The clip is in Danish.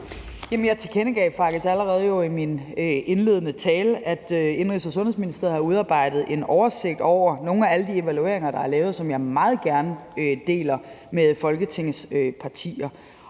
Jeg tilkendegav faktisk allerede i min indledende tale, at Indenrigs- og Sundhedsministeriet har udarbejdet en oversigt over nogle af alle de evalueringer, der er lavet, som jeg meget gerne deler med Folketingets partier.